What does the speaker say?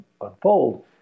unfold